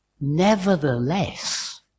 Nevertheless